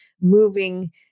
moving